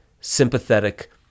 sympathetic